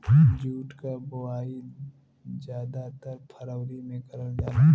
jute क बोवाई जादातर फरवरी में करल जाला